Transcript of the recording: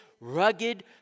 rugged